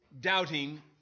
Doubting